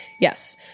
Yes